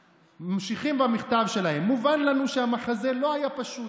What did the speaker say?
ממשיכים במכתב שלהם: "מובן לנו שהמחזה לא היה פשוט,